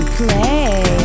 play